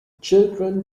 children